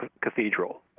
Cathedral